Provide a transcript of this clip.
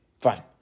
Fine